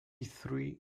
three